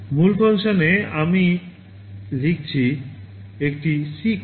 মূল ফাংশনে এটি আমি লিখছি একটি C কোড